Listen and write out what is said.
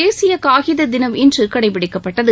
தேசிய காகித தினம் இன்று கடைபிடிக்கப்பட்டது